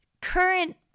Current